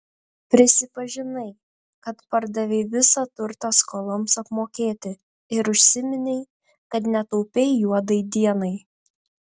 prisipažinai kad pardavei visą turtą skoloms apmokėti ir užsiminei kad netaupei juodai dienai